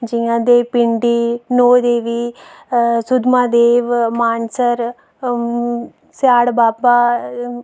जि'यां देवी पिंडी नौ देवी सुद्धमहादेव मानसर सेयाढ़ बाबा